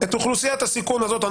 את אוכלוסיית הסיכון הזאת,